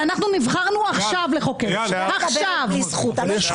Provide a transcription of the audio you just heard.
הצורך הציבורי שבית המשפט מצא בחוק